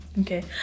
Okay